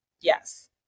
Yes